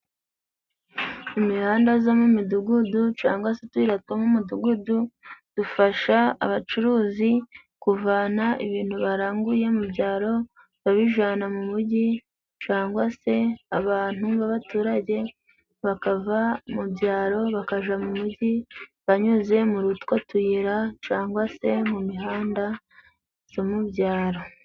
Imihanda zo mu midugudu cangwa se utuyira two mu mudugudu dufasha abacuruzi kuvana ibintu baranguye mu byaro babijana mu mujyi cangwa se abantu b'abaturage bakava mu byaro bakaja mu mujyi banyuze muri utwo tuyira cangwa se mu mihanda zo mubyaro.